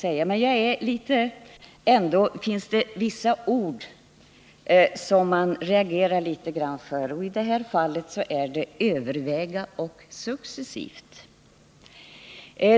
Ändå finns det vissa ord som man reagerar litet mot, och de orden är ”överväga” och ”successivt”.